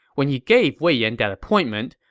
when he gave wei yan that appointment,